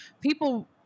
people